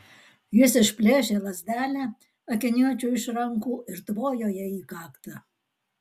jis išplėšė lazdelę akiniuočiui iš rankų ir tvojo ja į kaktą